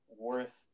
worth